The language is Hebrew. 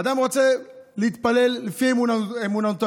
אדם רוצה להתפלל לפי אמונתו.